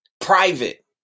Private